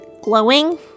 glowing